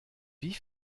wie